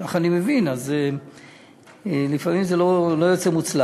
כך אני מבין, אז לפעמים זה לא יוצא מוצלח.